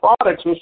products